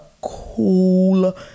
cool